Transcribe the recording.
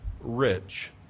rich